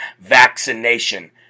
vaccination